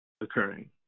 occurring